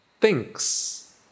thinks